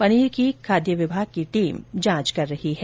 पनीर की खाद्य विभाग की टीम जांच कर रही है